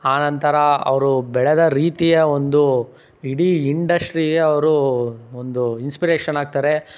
ಆನಂತರ ಅವರು ಬೆಳೆದ ರೀತಿಯ ಒಂದು ಇಡೀ ಇಂಡಶ್ಟ್ರೀಯವರು ಒಂದು ಇನ್ಸ್ಪಿರೇಶನ್ ಆಗ್ತಾರೆ